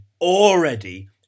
already